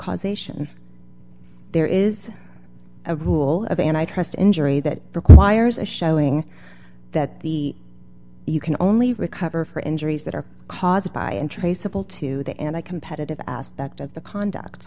causation there is a rule of and i trust injury that requires a showing that the you can only recover for injuries that are caused by and traceable to the end i competitive aspect of the conduct